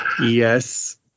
Yes